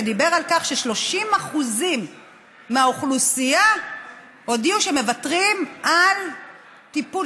שדיבר על כך ש-30% מהאוכלוסייה הודיעו שהם מוותרים על טיפול,